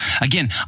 Again